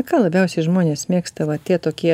ką labiausiai žmonės mėgsta va tie tokie